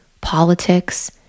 politics